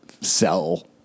sell